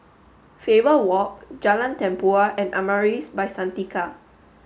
Faber Walk Jalan Tempua and Amaris By Santika